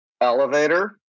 Elevator